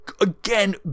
again